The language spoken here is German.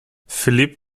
philippe